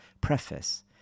preface